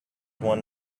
one